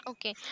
Okay